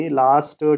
last